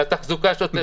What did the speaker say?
לתחזוקה השוטפת.